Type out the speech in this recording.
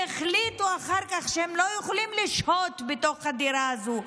והחליטו אחר כך שהם לא הם יכולים לשהות בתוך הדירה הזו,